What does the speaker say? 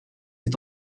est